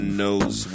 knows